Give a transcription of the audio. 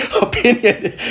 opinion